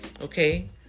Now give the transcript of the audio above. Okay